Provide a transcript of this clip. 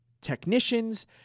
technicians